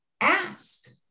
ask